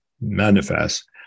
manifest